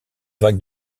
vague